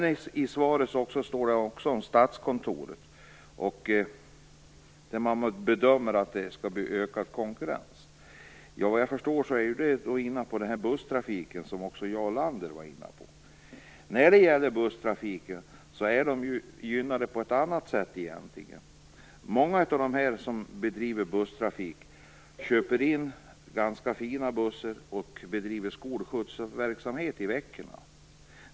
I svaret står också om Statskontoret, som bedömer att det skall bli ökad konkurrens. Såvitt jag förstår gäller det busstrafiken, som också Jarl Lander berörde. Busstrafiken är gynnad på ett annat sätt. Många av de bolag som bedriver busstrafik köper in ganska fina bussar och bedriver skolskjutsverksamhet i veckorna.